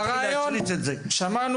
בני, הרעיון ברור.